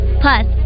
plus